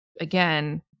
again